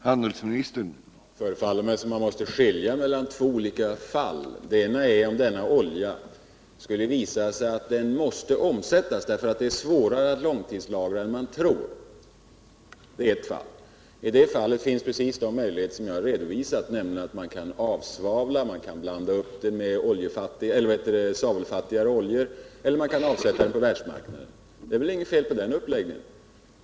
Herr talman! Det förefaller mig som om man måste skilja mellan två olika fall. Det ena är om oljan måste omsättas. Det är nämligen svårare att långtidslagra än man tror. I det fallet finns precis de möjligheter som jag har redovisat — man kan avsvavla den, man kan blanda upp den med svavelfattigare oljor eller avsätta den på världsmarknaden. Det är väl inget fel på den uppläggningen!